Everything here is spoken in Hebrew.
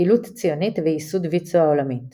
פעילות ציונית וייסוד ויצו העולמית